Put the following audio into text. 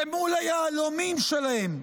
למול היהלומים שלהם.